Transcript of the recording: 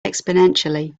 exponentially